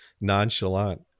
nonchalant